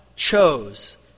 chose